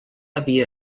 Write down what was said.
havia